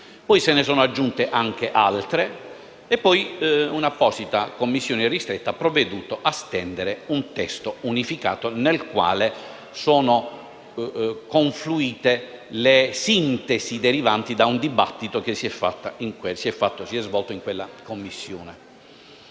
poi se ne sono aggiunte anche altre. In seguito, una apposita commissione ristretta ha provveduto a stendere un testo unificato, nel quale sono confluite le sintesi derivanti da un dibattito che si è appunto svolto in quella sede.